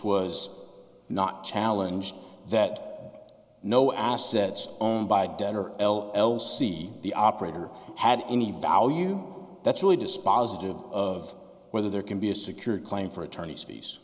was not challenge that no assets owned by a debtor l l c the operator had any value that's really dispositive of whether there can be a secured claim for attorney